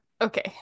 Okay